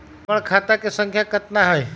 हमर खाता के सांख्या कतना हई?